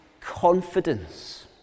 confidence